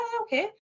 okay